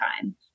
time